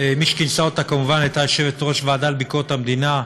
כמובן יושבת-ראש הוועדה לביקורת המדינה,